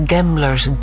Gamblers